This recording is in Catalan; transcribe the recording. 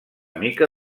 mica